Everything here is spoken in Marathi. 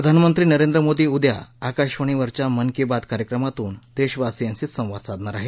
प्रधानमंत्री नरेंद्र मोदी उद्या आकाशवाणीवरच्या मन की बात कार्यक्रमातून देशवासियांशी संवाद साधणार आहेत